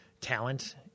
talent